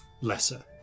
lesser